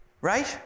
right